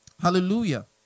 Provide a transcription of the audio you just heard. Hallelujah